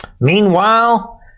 Meanwhile